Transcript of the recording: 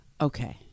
okay